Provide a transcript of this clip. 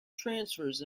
transfers